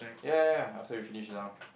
ya ya ya after we finish this round